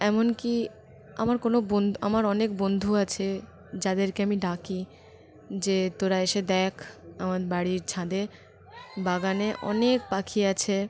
এমন কি আমার কোনো বন্ধু আমার অনেক বন্ধু আছে যাদেরকে আমি ডাকি যে তোরা এসে দেখ আমার বাড়ির ছাদে বাগানে অনেক পাখি আছে